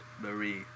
Marie